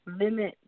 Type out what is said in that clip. limit